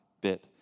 bit